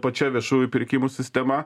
pačia viešųjų pirkimų sistema